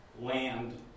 land